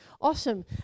Awesome